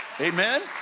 Amen